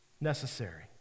necessary